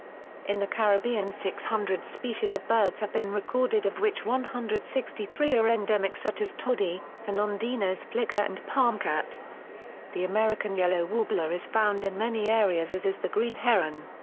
in the caribbean six hundred species of birds have been recorded of which one hundred and sixty three are endemic such as tody, fernandina's flicker and palmchat. the american yellow warbler is found in many areas as is the green heron.